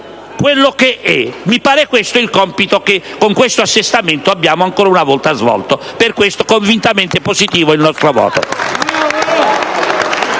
Mi pare questo il compito che, con questo assestamento, abbiamo ancora una volta svolto. Per questo motivo, il nostro voto